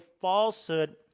falsehood